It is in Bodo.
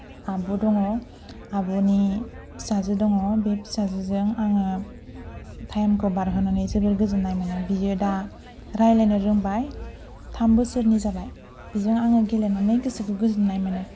आब' दङ आब'नि फिसाजो दङ बे फिसाजोजों आङो टाइमखौ बारहोनानै जोबोर गोजोननाय मोनो बियो दा रायज्लायनो रोंबाय थाम बोसोरनि जाबाय बिजों आङो गेलेनानै गोसोखौ गोजोननाय मोनो